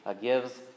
gives